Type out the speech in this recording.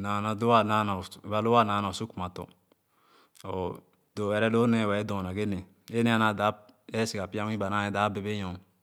naana pie saie iwẽẽ bebe nyor.